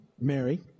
Mary